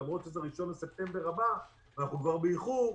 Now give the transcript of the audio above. למרות שזה 1 בספטמבר הבא ואנחנו כבר באיחור,